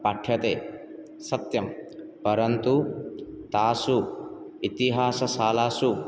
पाठ्यते सत्यं परन्तु तासु इतिहासशालासु